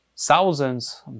Thousands